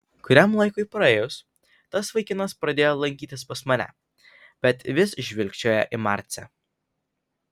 kuriam laikui praėjus tas vaikinas pradėjo lankytis pas mane bet vis žvilgčiojo į marcę